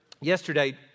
yesterday